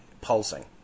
pulsing